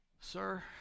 sir